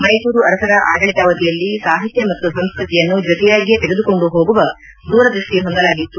ಮೈಸೂರು ಅರಸರ ಆಡಳಿತಾವಧಿಯಲ್ಲಿ ಸಾಹಿತ್ಯ ಮತ್ತು ಸಂಸ್ಕೃತಿಯನ್ನು ಜೊತೆಯಾಗಿಯೇ ತೆಗೆದುಕೊಂಡು ಹೋಗುವ ದೂರದೃಷ್ಠಿ ಹೊಂದಲಾಗಿತ್ತು